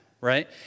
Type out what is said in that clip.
right